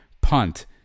punt